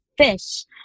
fish